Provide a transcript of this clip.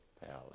palace